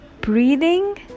Breathing